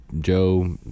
Joe